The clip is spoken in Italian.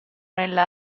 nella